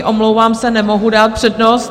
Omlouvám se, nemohu dát přednost.